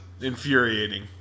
infuriating